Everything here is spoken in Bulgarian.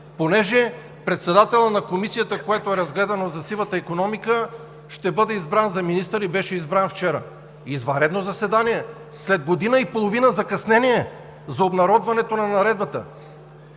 понеже председателят на Комисията, в която е разгледан – за сивата икономика, ще бъде избран за министър и беше избран вчера. Извънредно заседание след година и половина закъснение за обнародването на наредбата!?